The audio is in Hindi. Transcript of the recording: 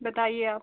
बताइए आप